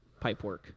pipework